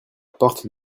porte